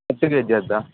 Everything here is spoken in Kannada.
ಹತ್ತು ಕೆಜಿಯದ್ಧ